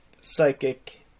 psychic